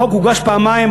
החוק הוגש פעמיים.